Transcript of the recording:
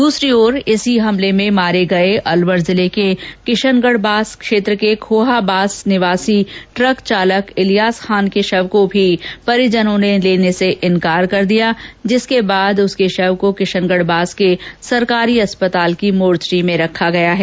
दूसरी ओर इसी हमले में मारे गये अलवर जिले के किशनगढबास क्षेत्र के खोहाबास निवासी ट्रक चालक इलियास खान के शव को भी परिजनों ने लेने से इन्कार कर दिया जिसके बाद उसके शव को किशनगढबास के सरकारी अस्पताल की मोर्चरी में रखा गया है